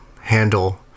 handle